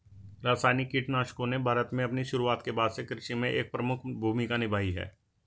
रासायनिक कीटनाशकों ने भारत में अपनी शुरुआत के बाद से कृषि में एक प्रमुख भूमिका निभाई है